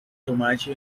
tomate